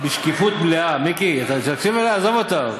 בשקיפות מלאה, מיקי, תקשיב, עזוב אותו,